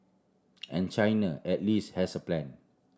and China at least has a plan